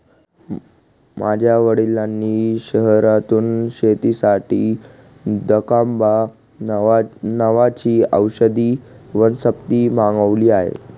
माझ्या वडिलांनी शहरातून शेतीसाठी दकांबा नावाची औषधी वनस्पती मागवली आहे